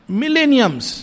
millenniums